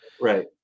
Right